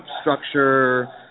structure